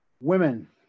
Women